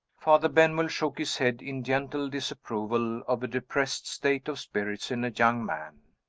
father benwell shook his head in gentle disapproval of a depressed state of spirits in a young man.